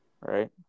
right